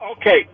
Okay